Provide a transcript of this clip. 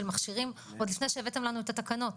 מכשירים עוד לפני שהבאתם לנו את התקנות.